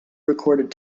recorded